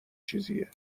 چیزیه